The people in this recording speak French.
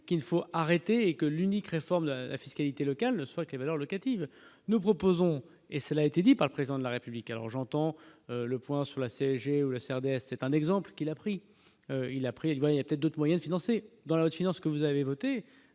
qu'il faut arrêter et que l'unique : réforme de la fiscalité locale ne soit que les valeurs locatives, nous proposons, et ça l'a été dit par le président de la République, alors j'entends le point sur la CSG ou la CRDS, c'est un exemple qui l'a pris, il a pris une variété d'autres moyens de financer dans l'accident, ce que vous avez voté